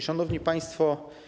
Szanowni Państwo!